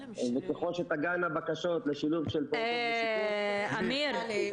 וככל שתגענה בקשות לשילוב של פעוטות בסיכון --- לגבי ילדים בסיכון,